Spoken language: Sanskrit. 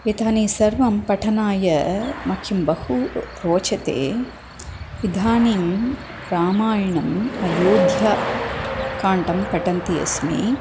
एतानि सर्वं पठनाय मह्यं बहु रोचते इदानीं रामायणम् अयोध्याकाण्डं पठन्ती अस्मि